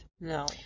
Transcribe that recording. no